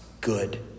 good